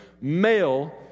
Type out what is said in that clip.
male